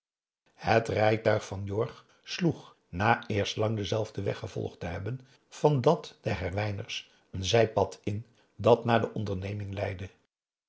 het rijtuig van jorg sloeg na eerst lang denzelfden weg gevolgd te hebben van dat der herwijnens een zijpad in dat naar de onderneming leidde